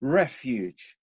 refuge